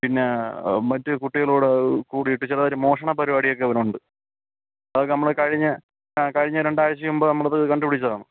പിന്നെ മറ്റു കുട്ടികളോട് കൂടിയിട്ട് ചെറുതായിട്ട് മോഷണപ്പരിപാടിയൊക്കെ ഇവനുണ്ട് അതൊക്കെ നമ്മൾ കഴിഞ്ഞ ആ കഴിഞ്ഞ രണ്ടാഴ്ചക്ക് മുമ്പ് നമ്മൾ അത് കണ്ടുപിടിച്ചതാണ്